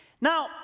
Now